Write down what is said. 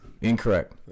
Incorrect